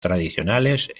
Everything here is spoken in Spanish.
tradicionales